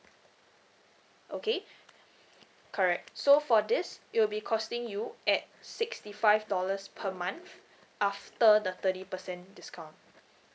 okay correct so for this it'll be costing you at sixty five dollars per month after the thirty percent discount